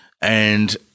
and-